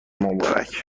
مبارک